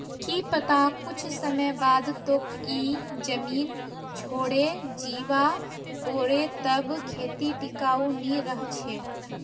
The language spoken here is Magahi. की पता कुछ समय बाद तोक ई जमीन छोडे जीवा पोरे तब खेती टिकाऊ नी रह छे